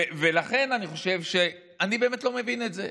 ולכן אני חושב שאני באמת לא מבין את זה.